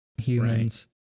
humans